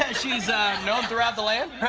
she's known throughout the land.